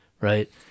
Right